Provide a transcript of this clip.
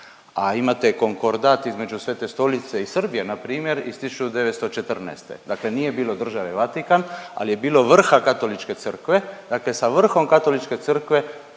a imate Konkordat između Svete Stolice i Srbije npr. iz 1914., dakle nije bilo Države Vatikan, al je bilo Vrha Katoličke crkve, dakle sa Vrhom Katoličke crkve